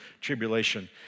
tribulation